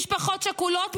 משפחות שכולות,